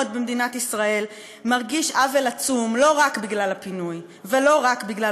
במדינת ישראל מרגיש עוול עצום לא רק בגלל הפינוי ולא רק בגלל